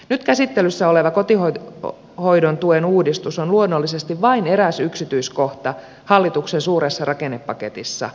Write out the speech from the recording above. nyt käsittelyssä oleva kotihoidon tuen uudistus on luonnollisesti vain eräs yksityiskohta hallituksen suuressa rakennepaketissa